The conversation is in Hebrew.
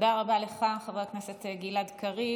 תודה רבה לך, חבר הכנסת גלעד קריב.